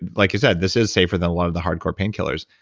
like you said, this is safer than a lot of the hardcore painkillers.